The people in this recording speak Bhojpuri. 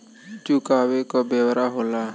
चुकावे क ब्योरा होला